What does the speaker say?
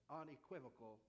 unequivocal